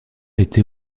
été